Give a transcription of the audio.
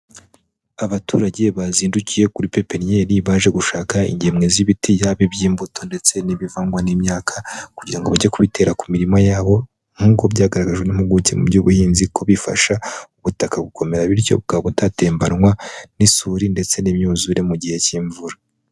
Abaturage bazindukiye kuri pepenyeri baje gushaka ingemwe z'ibiti yaba iby'imbuto ndetse n'ibivangwa n'imyaka, kugira ngo bajye kubitera ku miririmo yabo, nk'uko byagaragajwe n'impuguke mu by'ubuhinzi ko bifasha ubutaka gukomera. Bityo bukaba butatembanwa n'isuri ndetse n'imyuzure mu gihe cy'imvura.